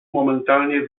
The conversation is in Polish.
momentalnie